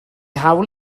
hawl